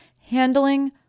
handling